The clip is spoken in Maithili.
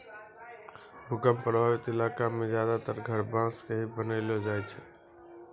भूकंप प्रभावित इलाका मॅ ज्यादातर घर बांस के ही बनैलो जाय छै